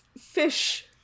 fish